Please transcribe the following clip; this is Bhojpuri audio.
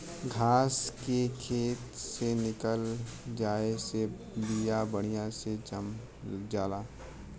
घास के खेत से निकल जाये से बिया बढ़िया से जाम जाला